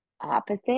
opposite